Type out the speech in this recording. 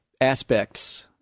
aspects